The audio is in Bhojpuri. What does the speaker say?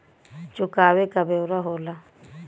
चुकावे क ब्योरा होला